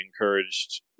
encouraged